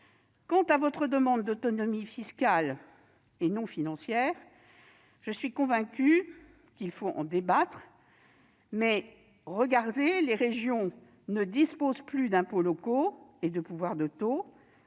Quant à votre demande d'autonomie fiscale, et non financière, je suis convaincue qu'il faut en débattre. Les régions ne disposent plus d'impôts locaux ni du pouvoir de fixer